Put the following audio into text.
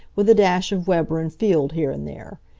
with a dash of weber and field here and there.